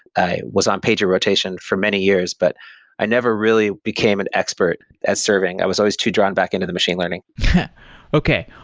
i was on pager rotation for many years, but i never really became an expert as serving. i was always too drawn back into the machine learning okay.